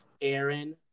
Aaron